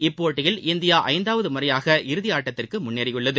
இப்போட்டியில் இந்தியா ஐந்தாவது முறையாக இறுதியாட்டத்திற்கு முன்னேறியுள்ளது